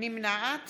נמנעת